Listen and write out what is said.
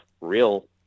real